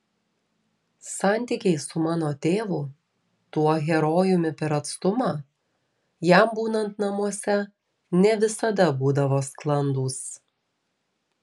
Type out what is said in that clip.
santykiai su mano tėvu tuo herojumi per atstumą jam būnant namuose ne visada būdavo sklandūs